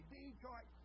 Detroit